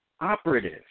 operative